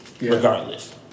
Regardless